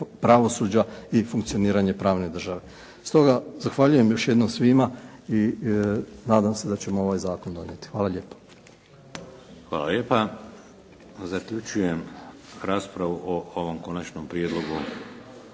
pravosuđa i funkcioniranje pravne države. Stoga zahvaljujem još jednom svima i nadam se da ćemo ovaj zakon donijeti. Hvala lijepo. **Šeks, Vladimir (HDZ)** Hvala lijepa. Zaključujem raspravu o ovom konačnom prijedlogu